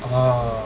uh